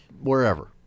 Wherever